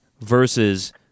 versus